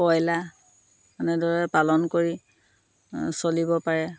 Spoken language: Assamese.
কইলাৰ এনেদৰে পালন কৰি চলিব পাৰে